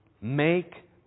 make